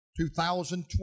2020